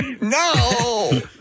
no